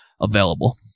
available